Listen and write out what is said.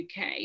UK